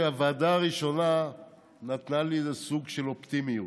הוועדה הראשונה נתנה לי איזה סוג של אופטימיות.